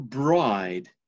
bride